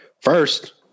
First